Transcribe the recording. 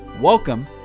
Welcome